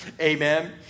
Amen